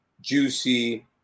Juicy